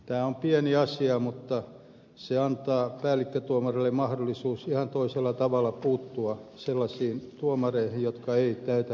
tämä on pieni asia mutta se antaa päällikkötuomarille mahdollisuuden ihan toisella tavalla puuttua sellaisiin tuomareihin jotka eivät täytä virkavelvollisuuksia